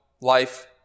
life